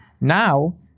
Now